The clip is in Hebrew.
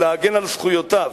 ולהגן על זכויותיו,